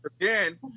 Again